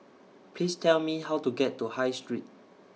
Please Tell Me How to get to High Street